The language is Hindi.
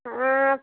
हाँ